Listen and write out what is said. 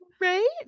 Right